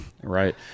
Right